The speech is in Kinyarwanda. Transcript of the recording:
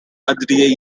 adrien